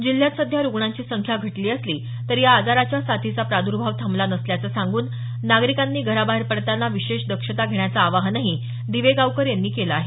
जिल्ह्यात सध्या रुग्णांची संख्या घटली असली तरी या आजाराच्या साथीचा प्रादर्भाव थांबला नसल्याचं सांगून नागरिकांनी घराबाहेर पडताना विशेष दक्षता घेण्याचं आवाहनही दिवेगावकर यांनी केलं आहे